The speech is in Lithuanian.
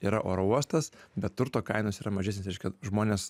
yra oro uostas bet turto kainos yra mažesnės reiškia žmones